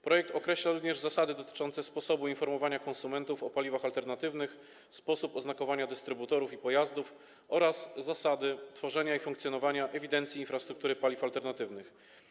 Projekt określa również zasady dotyczące sposobu informowania konsumentów o paliwach alternatywnych, sposobu oznakowania dystrybutorów i pojazdów oraz tworzenia i funkcjonowania ewidencji infrastruktury paliw alternatywnych.